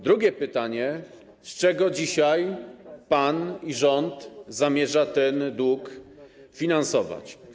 Drugie pytanie: Z czego dzisiaj pan i rząd zamierzacie ten dług finansować?